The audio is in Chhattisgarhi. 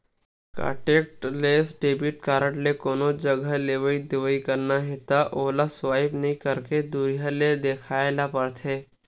कांटेक्टलेस डेबिट कारड ले कोनो जघा लेवइ देवइ करना हे त ओला स्पाइप नइ करके दुरिहा ले देखाए ल परथे